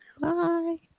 Bye